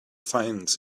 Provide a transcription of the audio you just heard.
finds